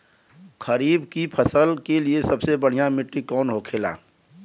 खरीफ की फसल के लिए सबसे बढ़ियां मिट्टी कवन होखेला?